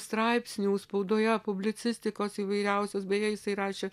straipsnių spaudoje publicistikos įvairiausios beje jisai rašė